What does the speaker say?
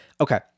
okay